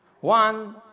One